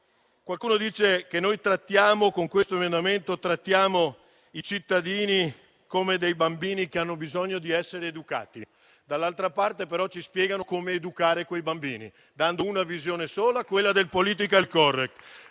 questo provvedimento trattiamo i cittadini come bambini che hanno bisogno di essere educati. Dall'altra parte, però, ci spiegano come educare quei bambini, dando una visione sola, quella del *politically correct*.